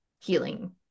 healing